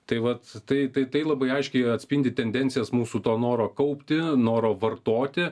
tai vat tai tai labai aiškiai atspindi tendencijas mūsų to noro kaupti noro vartoti